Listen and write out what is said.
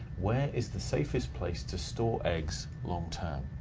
where is the safest place to store eggs long-term?